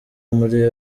muri